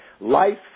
Life